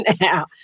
now